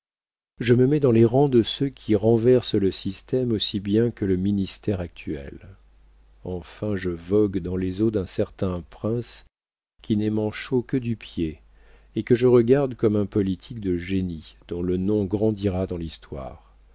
je me mets dans les rangs de ceux qui renversent le système aussi bien que le ministère actuel enfin je vogue dans les eaux d'un certain prince qui n'est manchot que du pied et que je regarde comme un politique de génie dont le nom grandira dans l'histoire